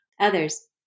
others